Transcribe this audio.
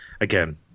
again